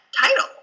title